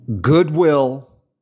goodwill